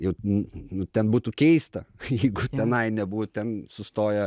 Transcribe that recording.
jau n nu ten būtų keista jeigu tenai nebūt ten sustoja